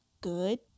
good